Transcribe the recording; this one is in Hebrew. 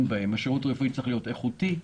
בהם: השירות הרפואי צריך להיות איכותי,